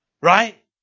Right